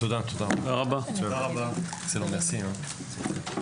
הישיבה ננעלה בשעה 11:23.